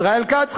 ישראל כץ,